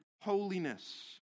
holiness